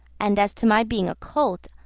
and as to my being a colt,